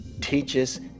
teaches